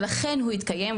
ולכן הוא התקיים,